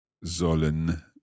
sollen